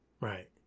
Right